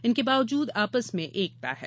इनके बावजूद आपस में एकता है